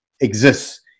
exists